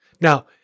Now